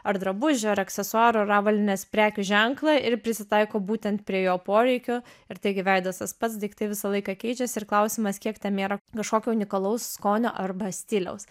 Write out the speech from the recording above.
ar drabužių ar aksesuarų ar avalynės prekių ženklą ir prisitaiko būtent prie jo poreikių ir taigi veidas tas pats daiktai visą laiką keičiasi ir klausimas kiek ten yra kažkokio unikalaus skonio arba stiliaus